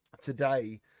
today